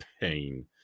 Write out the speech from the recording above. pain